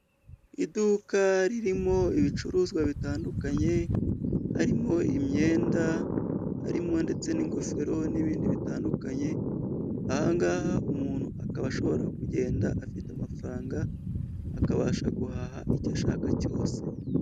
Iduka ririmo ibicuruzwa bitandukanye harimo imyenda, harimo ndetse n'ingofero n'ibindi bitandukanye, aha ngaha umuntu akaba ashobora kugenda afite amafaranga akabasha guhaha icyo ashaka cyose.